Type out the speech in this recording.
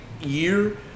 year